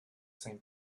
sainte